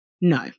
No